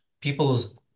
people's